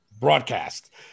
broadcast